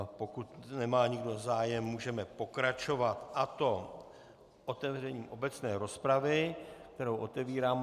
Pokud nemá nikdo zájem, můžeme pokračovat, a to otevřením obecné rozpravy, kterou otevírám.